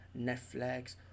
Netflix